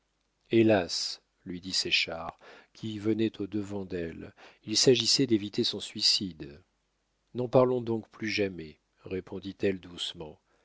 hélas lui dit séchard qui venait au-devant d'elle il s'agissait d'éviter son suicide n'en parlons donc plus jamais répondit-elle doucement